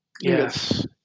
Yes